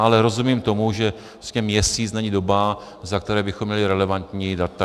Ale rozumím tomu, že měsíc není doba, za kterou bychom měli relevantní data.